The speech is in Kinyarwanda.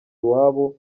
iwabo